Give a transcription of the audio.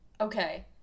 okay